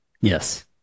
Yes